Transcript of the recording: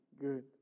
good